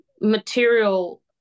material